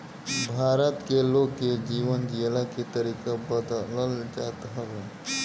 भारत में लोग के जीवन जियला के तरीका बदलत जात हवे